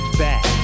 back